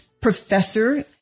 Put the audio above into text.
professor